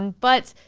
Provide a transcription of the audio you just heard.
and but.